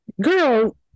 girl